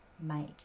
make